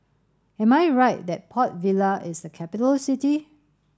am I right that Port Vila is a capital city